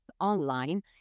online